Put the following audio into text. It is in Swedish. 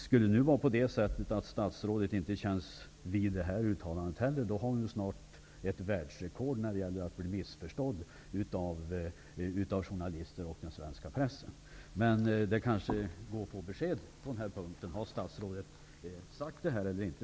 Skulle det vara så att statsrådet inte känns vid det här uttalandet heller, har hon snart ett världsrekord i att bli missförstådd av journalister och av den svenska pressen. Men det kanske går att få besked på den här punkten om statsrådet har sagt detta eller inte.